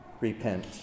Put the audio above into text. Repent